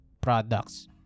products